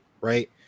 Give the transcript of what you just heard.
right